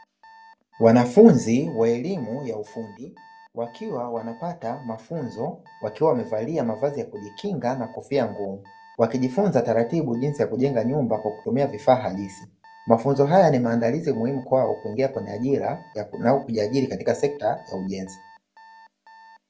Wanafunzi wa elimu ya ufundi wakiwa wanapata mafunzo, wakiwa wamevalia mavazi ya kujikinga na kofia ngumu. Wakijifunza taratibu jinsi ya kujenga nyumba kwa kutumia vifaa halisi. Mafunzo haya ni maandalizi muhimu kwao kuingia kwenye ajira, au kujiajiri katika sekta ya ujenzi.